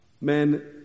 Men